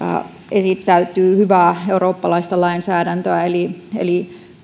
esittäytyy hyvää eurooppalaista lainsäädäntöä eli eli